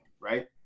right